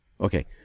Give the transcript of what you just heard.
Okay